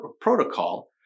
protocol